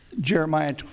Jeremiah